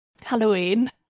Halloween